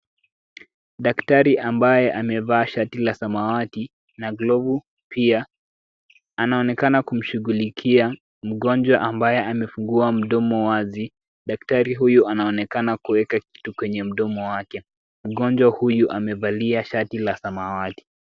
Daktari ambaye amevaa shati la samawati na glovu pia, anaonekana kumshughulikia mgonjwa ambaye amefungua mdomo wazi, daktari huyu anaonekana kuweka kitu kwenye mdomo wake. Mgonjwa huyu amevalia shati la samawati.